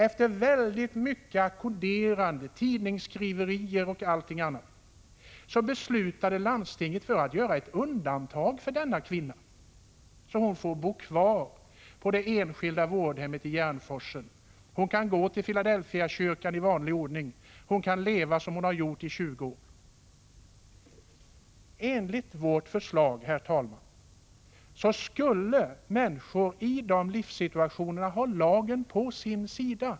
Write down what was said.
Efter väldigt mycket ackorderande, tidningsskriverier och annat beslutade landstinget att göra ett undantag för denna kvinna, så att hon fick bo kvar på det enskilda vårdhemmet i Järnforsen. Hon kunde nu gå till Filadelfiakyrkan i vanlig ordning, och hon kunde leva som hon hade gjort i 20 år. Enligt vårt förslag, herr talman, skulle människor i sådana livssituationer ha lagen på sin sida.